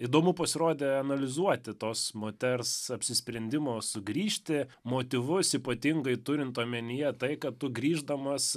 įdomu pasirodė analizuoti tos moters apsisprendimo sugrįžti motyvus ypatingai turint omenyje tai kad tu grįždamas